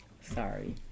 Sorry